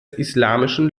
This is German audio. islamischen